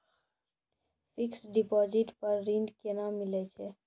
Fixed deposit पर ऋण केना मिलै छै?